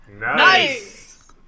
Nice